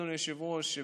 אדוני היושב-ראש,